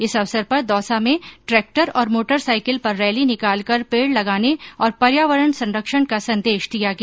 इस अवसर पर दौसा में ट्रैक्टर और मोटर साईकिल पर रैली निकालकर पेड़ लगाने और पर्यावरण संरक्षण का संदेश दिया गया